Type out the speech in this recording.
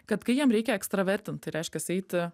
kad kai jiem reikia ekstravertint tai reiškiasi eiti